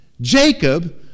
Jacob